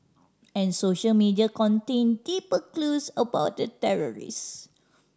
and social media contain deeper clues about the terrorists